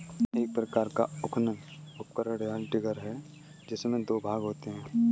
एक प्रकार का उत्खनन उपकरण, या डिगर है, जिसमें दो भाग होते है